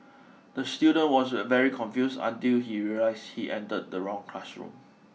the student was very confused until he realised he entered the wrong classroom